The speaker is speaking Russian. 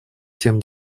тем